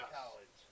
College